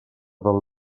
del